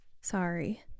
Sorry